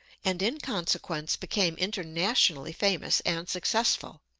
and in consequence became internationally famous and successful.